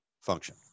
function